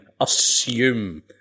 assume